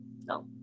No